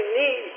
need